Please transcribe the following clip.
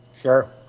Sure